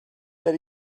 that